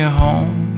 home